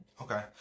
Okay